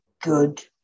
good